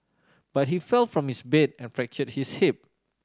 but he fell from his bed and fractured his hip